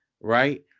right